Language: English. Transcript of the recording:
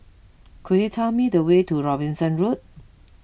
could you tell me the way to Robinson Road